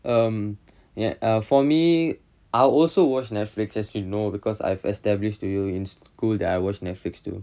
err ya err for me I also watch Netflix as you know because I've established to you in school that I watch Netflix too